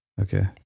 Okay